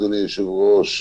אדוני היושב-ראש,